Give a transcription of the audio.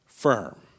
Firm